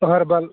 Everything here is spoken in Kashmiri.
ٲہَربَل